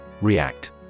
React